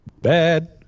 bad